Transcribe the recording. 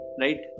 right